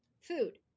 Food